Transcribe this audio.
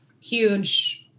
huge